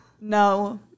No